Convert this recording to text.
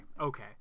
okay